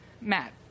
Matt